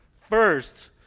First